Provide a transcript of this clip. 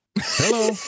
Hello